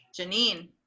Janine